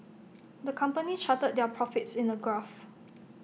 the company charted their profits in A graph